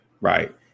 Right